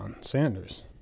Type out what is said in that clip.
Sanders